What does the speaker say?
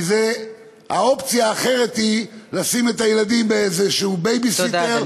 כי האופציה האחרת היא לשים את הילדים אצל איזה בייביסיטר,